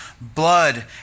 blood